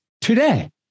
today